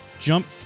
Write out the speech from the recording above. Jump